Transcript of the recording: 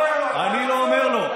אתה אומר לו,